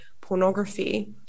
pornography